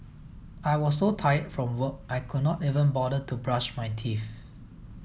I was so tired from work I could not even bother to brush my teeth